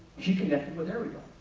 she connected with everybody.